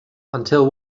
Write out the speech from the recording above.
until